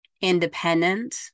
independent